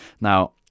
Now